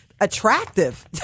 attractive